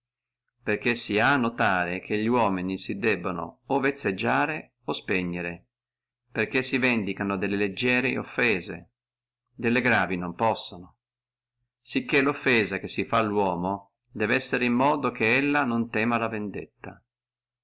che si ha a notare che li uomini si debbono o vezzeggiare o spegnere perché si vendicano delle leggieri offese delle gravi non possono sí che loffesa che si fa alluomo debbe essere in modo che la non tema la vendetta